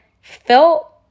felt